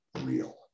real